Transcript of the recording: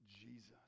Jesus